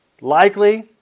Likely